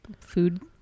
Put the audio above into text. food